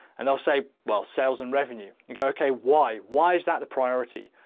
and they'll say, well, sales and revenue go okay, why? why is that the priority?